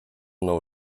nou